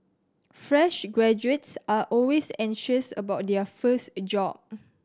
fresh graduates are always anxious about their first a job